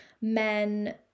men